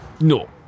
No